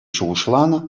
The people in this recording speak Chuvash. шухӑшланӑ